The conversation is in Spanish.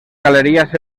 galerías